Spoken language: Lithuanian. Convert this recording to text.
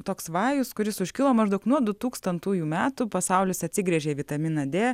toks vajus kuris užkilo maždaug nuo du tūkstantųjų metų pasaulis atsigręžė į vitaminą d